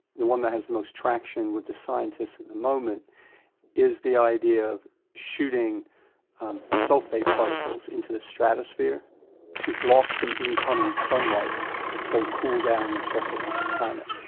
the one that has the most traction with the scientists at the moment is the idea of shooting um sulphate particles into the stratosphere to block some incoming sunlight and so to cool down the surface of the planet.